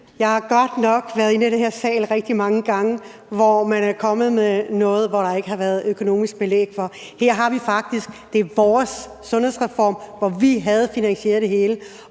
Jeg har godt nok været inde i den her sal rigtig mange gange, hvor man er kommet med noget, der ikke har været økonomisk belæg for. Her har vi faktisk vores sundhedsreform, hvor vi havde finansieret det hele,